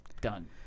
done